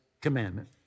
commandment